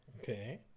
Okay